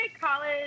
college